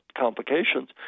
complications